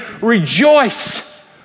Rejoice